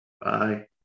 Bye